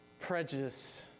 prejudice